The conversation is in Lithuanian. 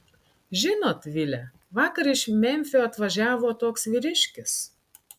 žinot vile vakar iš memfio atvažiavo toks vyriškis